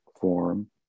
form